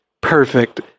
perfect